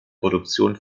produktion